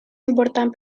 important